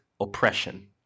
oppression